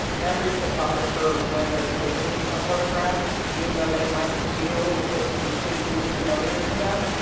every photographer when they're taking a photograph even though they might feel it's completely familiar to them,